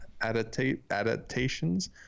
Adaptations